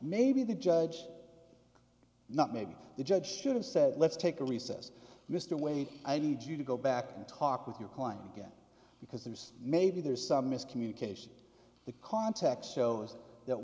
maybe the judge not maybe the judge should have said let's take a recess mr wade i need you to go back and talk with your client again because there's maybe there's some miscommunication the context shows that